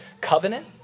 covenant